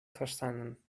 verstanden